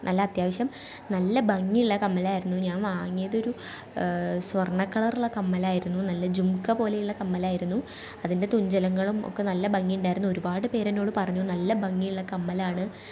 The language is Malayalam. നല്ല അത്യാവശ്യം നല്ല ഭംഗിള്ള കമ്മലായിരുന്നു ഞാൻ വാങ്ങിയത് ഒരു സ്വർണ്ണ കളറുള്ള കമ്മലായിരുന്നു നല്ല ജുംക്ക പോലുള്ള കമ്മലായിരുന്നു അതിൻ്റെ തുഞ്ചലങ്ങളും ഒക്കെ നല്ല ഭംഗിണ്ടായിരുന്നു ഒരുപാട് പേർ എന്നോട് പറഞ്ഞു നല്ല ഭംഗിള്ള കമ്മലാണ്